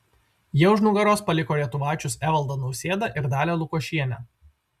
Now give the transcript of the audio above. jie už nugaros paliko lietuvaičius evaldą nausėdą ir dalią lukošienę